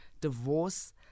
divorce